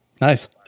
nice